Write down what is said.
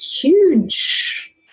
huge